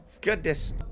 goodness